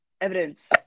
evidence